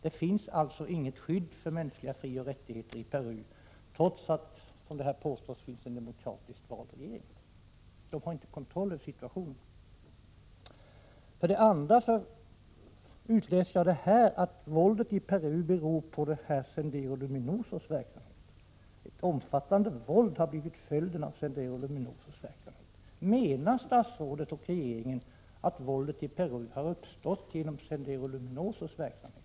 Det finns alltså inte något skydd för de mänskliga frioch rättigheterna i Peru, trots att landet — som det påstås i svaret — har en demokratiskt vald regering. Man har inte situationen under kontroll. Vidare utläser jag av svaret att våldet i Peru beror på Sendero Luminosos verksamhet. Det sägs att ett omfattande våld har blivit följden av Sendero Luminosos verksamhet. Menar statsrådet och regeringen i övrigt att våldet i Peru har uppstått genom Sendero Luminosos verksamhet?